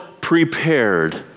prepared